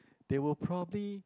they will probably